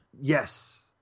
Yes